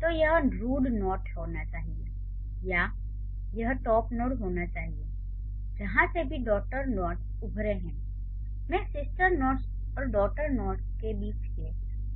तो यह root node होना चाहिए या यह टॉप नोड होना चाहिए जहां से सभी डॉटर नोड्स उभरे हैं मैं सिस्टर नोड्स और डॉटर नोड्स के बीच के